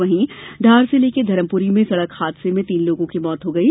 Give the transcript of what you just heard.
वहीं धार जिले के धरमप्री में सड़क हादसे में तीन लोगों की मौत हो गई है